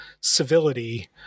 civility